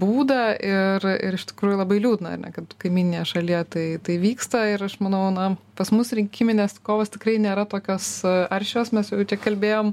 būdą ir ir iš tikrųjų labai liūdna ar ne kad kaimyninėje šalyje tai tai vyksta ir aš manau na pas mus rinkiminės kovos tikrai nėra tokios aršios mes čia kalbėjom